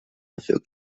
dafür